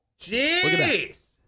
Jeez